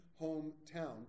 hometown